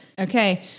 Okay